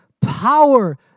power